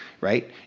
right